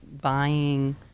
buying